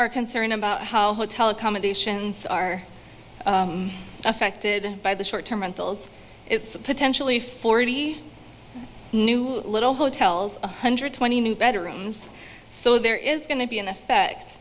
r concern about how hotel accommodations are affected by the short term rentals it's potentially forty new little hotels one hundred twenty new better rooms so there is going to be an effect